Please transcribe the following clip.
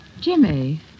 Jimmy